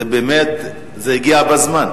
זה באמת, זה הגיע בזמן.